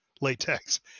latex